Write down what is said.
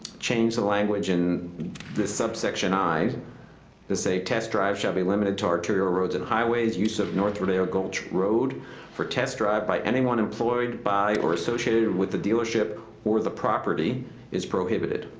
change the language in this subsection i to say test drives shall be limited to arterial roads and highways use of north rodeo gulch road for test drive by anyone employed by or associated with the dealership or the property is prohibited.